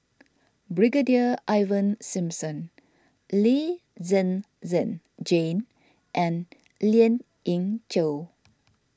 Brigadier Ivan Simson Lee Zhen Zhen Jane and Lien Ying Chow